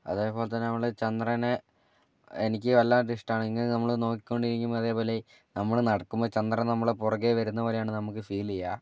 അതേപോലെത്തന്നെ നമ്മളുടെ ചന്ദ്രനെ എനിക്ക് വല്ലാണ്ട് ഇഷ്ടമാണ് ഇങ്ങനെ നമ്മളെ നോക്കിക്കോണ്ടിരിക്കുമ്പോൾ അതേപോലെ നമ്മൾ നടക്കുമ്പോൾ ചന്ദ്രൻ നമ്മളെ പുറകെ വരുന്ന പോലെയാണ് നമുക്ക് ഫീൽ ചെയ്യുക